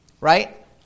Right